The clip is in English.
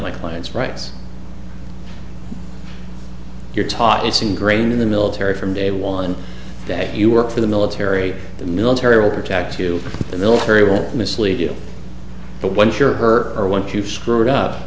my client's rights you're taught it's ingrained in the military from day one day you work for the military the military will protect you the military will mislead you but once you're her or once you've screw